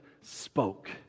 spoke